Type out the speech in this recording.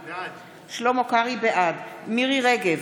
בעד מירי מרים רגב,